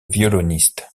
violoniste